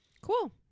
Cool